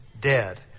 dead